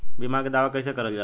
बीमा के दावा कैसे करल जाला?